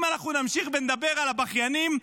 אם נמשיך ונדבר על בכיינים,